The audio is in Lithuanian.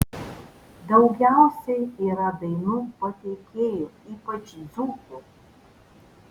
daugiausiai yra dainų pateikėjų ypač dzūkų